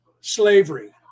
slavery